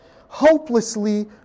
Hopelessly